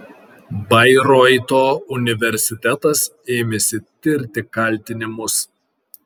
bairoito universitetas ėmėsi tirti kaltinimus